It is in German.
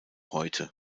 heute